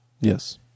Yes